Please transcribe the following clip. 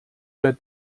der